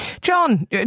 John